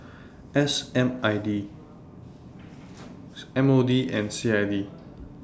S M R T M O D and C I D